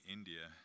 India